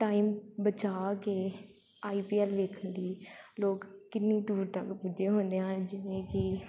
time ਬਚਾ ਕੇ I P L ਵੇਖਣ ਲਈ ਲੋਕ ਕਿੰਨੀ ਦੂਰ ਤੱਕ ਪੁੱਜੇ ਹੁੰਦੇ ਆ ਜਿਵੇਂ ਕਿ